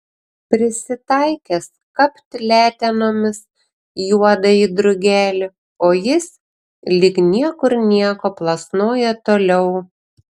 prisitaikęs kapt letenomis juodąjį drugelį o jis lyg niekur nieko plasnoja toliau